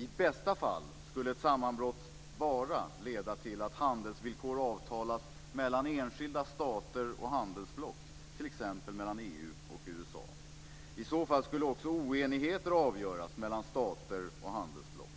I bästa fall skulle ett sammanbrott bara leda till att handelsvillkor avtalas mellan enskilda stater och handelsblock, t.ex. mellan EU och USA. I så fall skulle också oenigheter avgöras mellan stater och handelsblock,